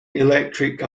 electric